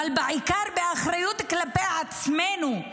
אבל בעיקר באחריות כלפי עצמנו,